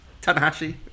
Tanahashi